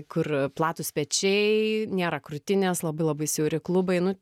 kur platūs pečiai nėra krūtinės labai labai siauri klubai nu